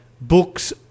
books